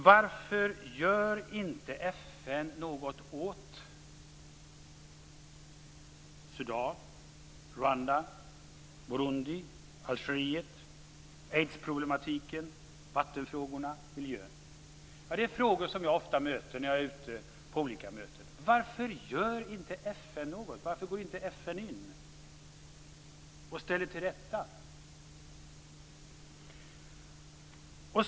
Varför gör inte FN något åt Sudan, Rwanda, Burundi, Algeriet, aidsproblematiken, vattenfrågorna och miljön? Det är frågor som jag ofta möter när jag är ute på olika möten. Varför gör inte FN något? Varför går inte FN in och ställer till rätta?